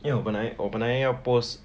因为我本来我本来要 post